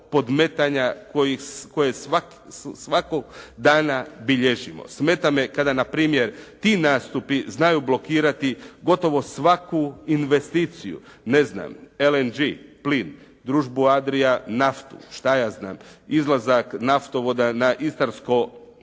podmetanja koje svakog dana bilježimo. Smeta me kada npr. ti nastupi znaju blokirati gotovo svaku investiciju. LNG, Plin, Družbu Adria, naftu, izlazak naftovoda na istarsko